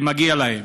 ומגיע להם.